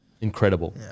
Incredible